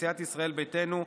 סיעת ישראל ביתנו,